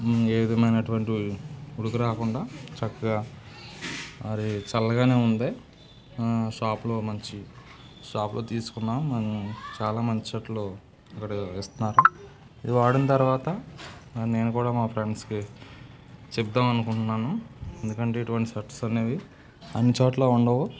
ఏ విధమైనటువంటి ఉడుకు రాకుండా చక్కగా మరి చల్లగానే ఉంది షాప్లో మంచి షాప్లో తీసుకున్నాను చాలా మంచి షర్టులు అక్కడ ఇస్తున్నారు ఇది వాడిన తర్వాత నేను కూడా మా ఫ్రెండ్స్కి చెప్దామనుకుంటున్నాను ఎందుకంటే ఇటువంటి షర్ట్స్ అనేవి అన్ని చోట్ల ఉండవు